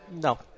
No